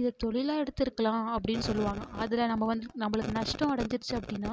இதை தொழிலாக எடுத்திருக்கலாம் அப்படினு சொல்லுவாங்க அதில் நம்ம வந்து நம்மளுக்கு நஷ்டம் அடைஞ்சிருச்சு அப்படினா